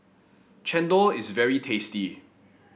chendol is very tasty